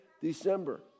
December